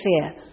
fear